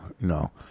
no